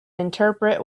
interpret